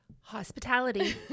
Hospitality